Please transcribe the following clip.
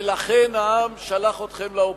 ולכן העם שלח אתכם לאופוזיציה.